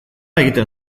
egiten